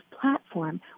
platform